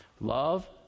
Love